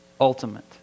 ultimate